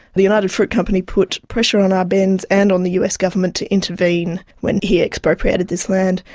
the united fruit company put pressure on arbenz and on the us government to intervene when he expropriated this land,